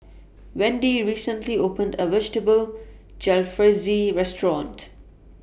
Wendi recently opened A Vegetable Jalfrezi Restaurant